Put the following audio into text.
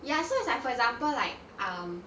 ya so it's like for example like um